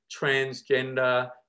transgender